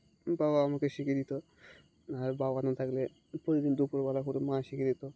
বাবা আমাকে শিখিয়ে দিত আর বাবা না থাকলে প্রতিদিন দুপুরবেলা করে মা শিখিয়ে দিত